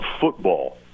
football